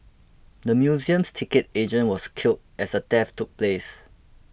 the museum's ticket agent was killed as the theft took place